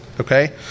okay